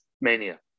mania